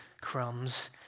crumbs